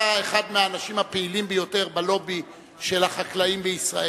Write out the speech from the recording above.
אתה אחד מהאנשים הפעילים ביותר בלובי של החקלאים בישראל,